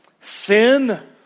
Sin